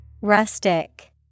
Rustic